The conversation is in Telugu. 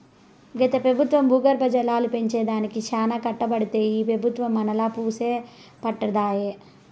గత పెబుత్వం భూగర్భ జలాలు పెంచే దానికి చానా కట్టబడితే ఈ పెబుత్వం మనాలా వూసే పట్టదాయె